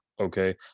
Okay